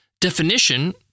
definition